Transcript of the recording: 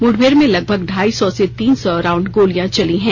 मुठभेड़ में लगभग ढाई सौ से तीन सौ राउंड गोलियां चली हैं